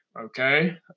okay